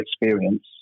experience